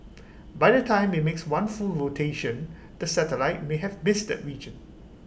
by the time IT makes one full rotation the satellite may have missed that region